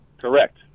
correct